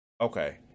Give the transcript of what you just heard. Okay